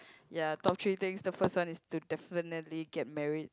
ya top three things the first one is to definitely get married